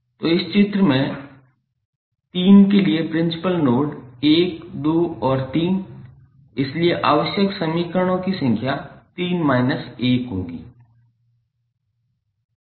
तो इस चित्र में 3 के लिए प्रिंसिपल नोड 1 2 और 3 इसलिए आवश्यक समीकरणों की संख्या 3 minus 1 होगी